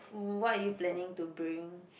what are you planning to bring